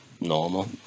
normal